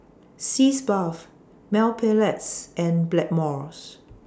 Sitz Bath Mepilex and Blackmores